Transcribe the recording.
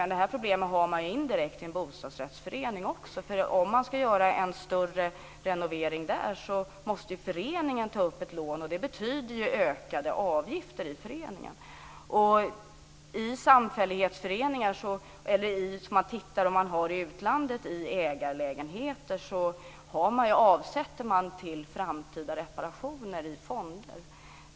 Men detta problem har man ju indirekt också i en bostadsrättsförening, därför att om man skall göra en större renovering där måste ju föreningen ta upp ett lån, vilket betyder ökade avgifter i föreningen. När det gäller ägarlägenheter i utlandet avsätter man medel till framtida reparationer i fonder.